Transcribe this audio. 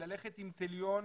ללכת עם תליון